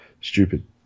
Stupid